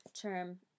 term